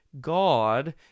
God